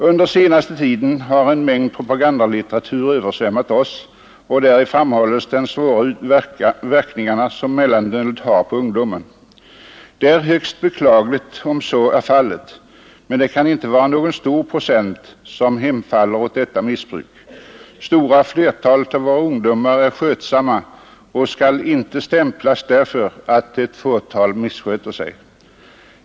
Under den senaste tiden har en mängd propagandalitteratur överlämnats åt oss, och däri framhålles de svåra verkningar som mellanölet har på ungdomen. Det är högst beklagligt om så är fallet, men det kan inte vara någon stor procent som hemfaller åt detta missbruk. Det stora flertalet av våra ungdomar är skötsamma och skall inte stämplas därför att ett fåtal missköter sig.